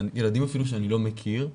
אלה ילדים שאני אפילו לא מכיר,